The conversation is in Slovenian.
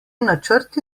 načrti